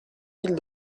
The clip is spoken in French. mille